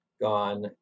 gone